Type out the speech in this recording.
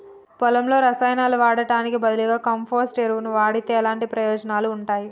పొలంలో రసాయనాలు వాడటానికి బదులుగా కంపోస్ట్ ఎరువును వాడితే ఎలాంటి ప్రయోజనాలు ఉంటాయి?